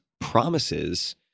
promises